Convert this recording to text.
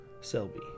Selby